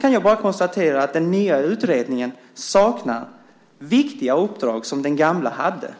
kan jag konstatera att den nya utredningen saknar viktiga uppdrag som den gamla hade.